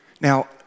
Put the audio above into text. Now